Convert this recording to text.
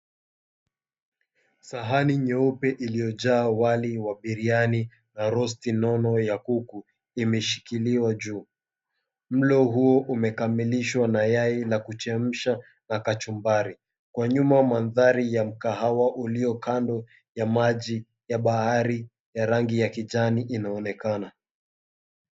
Sahani nyeupe iliyojaa wali wa biriani na rosti nono ya kuku imeshikiliwa juu. Mlo huo umekamilishwa na yai la kuchemsha na kachumbari. Kwa nyuma wa mandhari ya mkahawa ulio kando ya maji ya bahari ya rangi ya kijani inaonekana.